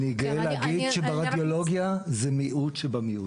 אני גאה להגיד שברדיולוגיה זה מיעוט שבמיעוט.